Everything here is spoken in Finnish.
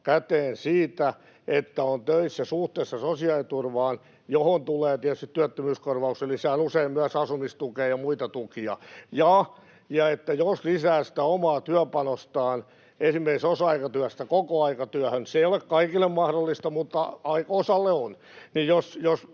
käteen siitä, että on töissä, suhteessa sosiaaliturvaan, johon tulee tietysti työttömyyskorvaus ja jossa on lisäksi usein myös asumistukea ja muita tukia? Ja jos lisää sitä omaa työpanostaan esimerkiksi osa-aikatyöstä kokoaikatyöhön — se ei ole kaikille mahdollista, mutta osalle on — [Timo